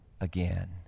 again